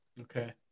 Okay